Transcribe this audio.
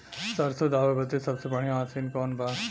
सरसों दावे बदे सबसे बढ़ियां मसिन कवन बा?